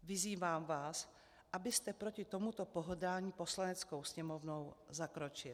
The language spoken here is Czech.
Vyzývám vás, abyste proti tomuto pohrdání Poslaneckou sněmovnou zakročil.